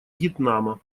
вьетнама